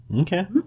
Okay